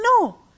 No